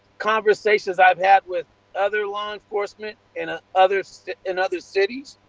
conversations i have had with other law enforcement, and ah other and other cities.